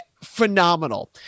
phenomenal